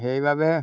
সেইবাবে